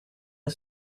the